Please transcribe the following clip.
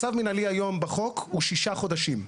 צו מנהלי היום בחוק הוא 6 חודשים.